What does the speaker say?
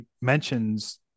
mentions